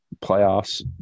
playoffs